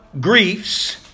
griefs